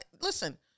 listen